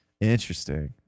Interesting